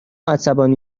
عصبانی